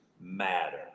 matter